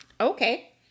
Okay